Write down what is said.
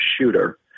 shooter